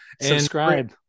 Subscribe